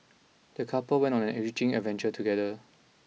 the couple went on an enriching adventure together